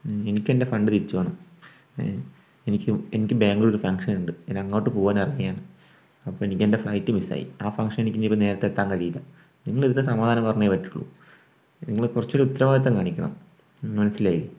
എനിക്ക് എൻ്റെ ഫണ്ട് തിരിച്ചു വേണം എനിക്കും എനിക്ക് ബാംഗ്ലൂർ ഒരു ഫംഗ്ഷൻ ഉണ്ട് ഞാൻ അങ്ങോട്ടേയ്ക്ക് പോകുവാൻ ഇറങ്ങിയതാണ് അപ്പോൾ എനിക്ക് എൻ്റെ ഫ്ലൈറ്റ് മിസ്സ് ആയി ആ ഫംഗ്ഷൻ എനിക്ക് ഇനി ഇപ്പോൾ നേരത്തെ എത്താൻ കഴിയില്ല നിങ്ങളിതിൻ്റെ സമാധാനം പറഞ്ഞേ പറ്റുള്ളൂ നിങ്ങൾ കുറച്ചുകൂടി ഉത്തരവാദിത്വം കാണിക്കണം മനസ്സിലായി